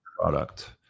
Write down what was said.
product